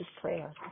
prayer